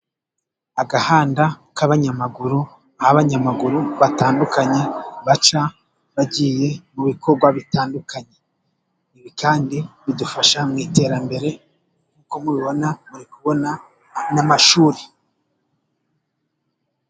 Agahanda k'abanyamaguru , aho abanyamaguru batandukanye baca bagiye mu bikorwa bitandukanye . Ibi kandi bidufasha mu iterambere nk'uko mubibona muri kubona n'amashuri.